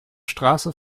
straße